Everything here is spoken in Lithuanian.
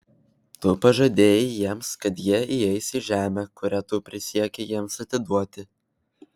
tu pažadėjai jiems kad jie įeis į žemę kurią tu prisiekei jiems atiduoti